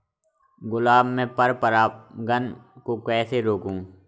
गुलाब में पर परागन को कैसे रोकुं?